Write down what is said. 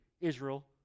Israel